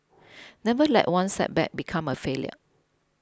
never let one setback become a failure